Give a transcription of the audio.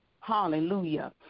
hallelujah